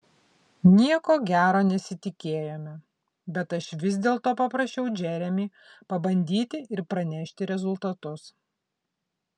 nieko gero nesitikėjome bet aš vis dėlto paprašiau džeremį pabandyti ir pranešti rezultatus